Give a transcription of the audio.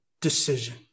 decision